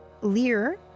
Lear